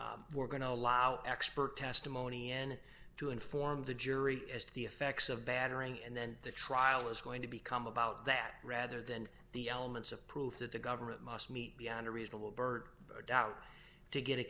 battering we're going to allow expert testimony in to inform the jury as to the effects of battering and then the trial is going to become about that rather than the elements of proof that the government must meet beyond a reasonable bert doubt to get a